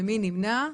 מי נמנע?